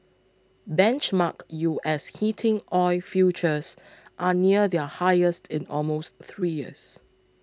benchmark U S heating oil futures are near their highest in almost three years